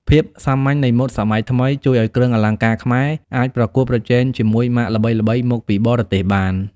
ភាពសាមញ្ញនៃម៉ូដសម័យថ្មី ជួយឱ្យគ្រឿងអលង្ការខ្មែរអាចប្រកួតប្រជែងជាមួយម៉ាកល្បីៗមកពីបរទេសបាន។